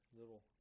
little